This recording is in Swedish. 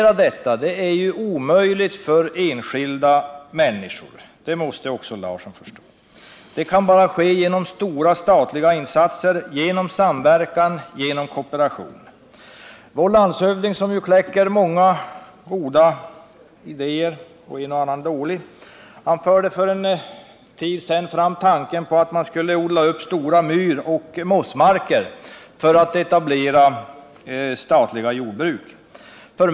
Att det är omöjligt för enskilda människor att restaurera dessa jordbruk måste också Einar Larsson förstå. Det kan bara ske genom stora statliga insatser och genom samverkan och kooperation. Vår landshövding, som ju kläcker många goda idéer — och en och annan dålig — förde för en tid sedan fram tanken på att man skulle odla upp stora myroch mossmarker och etablera statliga jordbruk där.